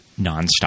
nonstop